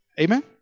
Amen